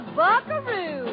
buckaroo